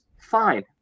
Fine